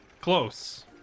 close